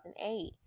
2008